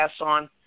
on